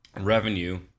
revenue